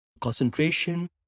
concentration